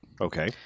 Okay